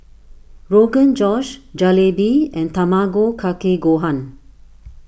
Rogan Josh Jalebi and Tamago Kake Gohan